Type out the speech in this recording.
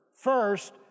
First